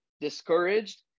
discouraged